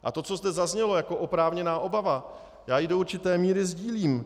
A to, co zde zaznělo jako oprávněná obava, já ji do určité míry sdílím.